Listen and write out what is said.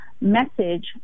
message